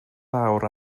fawr